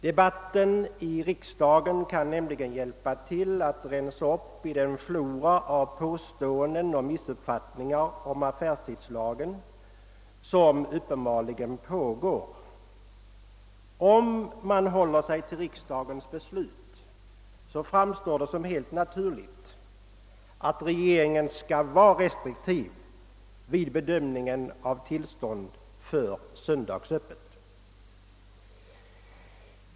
Debatten i riksdagen kan nämligen hjälpa till att rensa upp i den flora av påståenden och missuppfattningar om affärstidslagen som uppenbarligen föreligger. Om man håller sig till riksdagens beslut, framstår det som helt naturligt att regeringen skall vara restriktiv vid bedömningen av tillstånd att hålla söndagsöppet.